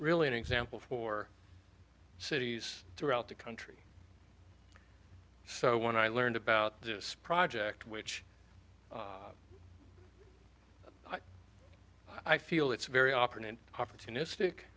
really an example for cities throughout the country so when i learned about this project which i feel it's very often an opportunistic